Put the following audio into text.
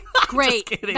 great